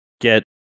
get